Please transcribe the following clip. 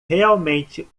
realmente